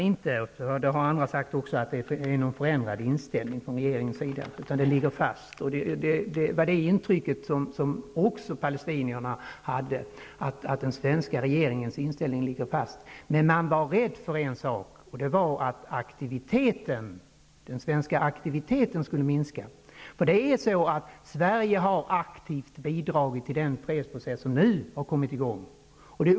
Inte heller jag uppfattar att det föreligger någon förändrad inställning från regeringens sida. Den svenska inställningen ligger fast. Det var också det intryck som palestinierna hade, men man var rädd för att den svenska aktiviteten skulle minska. Sverige har aktivt bidragit till den fredsprocess som nu är i gång.